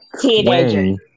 teenagers